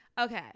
Okay